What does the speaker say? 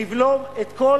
לבלום את כל